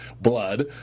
blood